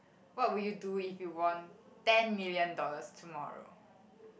what would you do if you won ten million dollars tomorrow